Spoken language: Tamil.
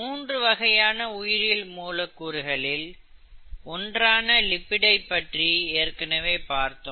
மூன்று வகையான உயிரியல் மூலக் கூறுகளில் ஒன்றான லிபிடுகளைப்பற்றி ஏற்கனவே பார்த்தோம்